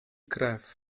krew